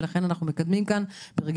ולכן אנחנו מקדמים כאן ברגישות,